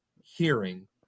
hearing –